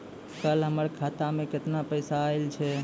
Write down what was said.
कल हमर खाता मैं केतना पैसा आइल छै?